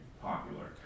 popular